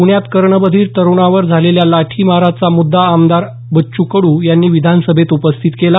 प्ण्यात कर्णबधीर तरुणांवर झालेल्या लाठीमाराचा मुद्दा आमदार बच्चू कडू यांनी विधानसभेत उपस्थित केला